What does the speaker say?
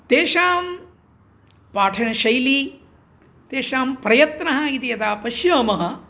तेषां पाठनशैली तेषां प्रयत्नः इति यदा पश्यामः